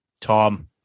Tom